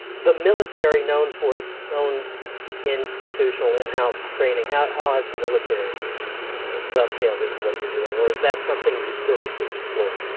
the military, known for its own institutional in house training how how has the military dovetailed into what you're doing or is that something you still need to explore?